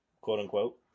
quote-unquote